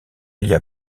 lia